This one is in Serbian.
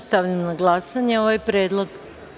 Stavljam na glasanje ovaj predlog.